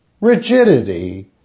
rigidity